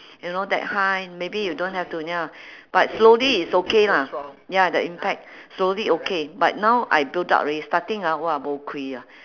you know that high maybe you don't have to ya but slowly it's okay lah ya the impact slowly okay but now I built up already starting ah !wah! bo kui ah